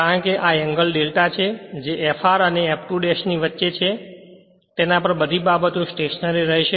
કારણ કે આ એંગલ ડેલ્ટા છે જે Fr અને F2 ' વચ્ચે છે તેના પર આ બધી બાબતો સ્ટેશનરી રહેશે